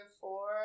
four